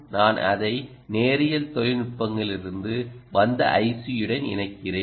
நான் அதை நேரியல் தொழில்நுட்பங்களிலிருந்து வந்த ஐசியுடன் இணைக்கிறேன்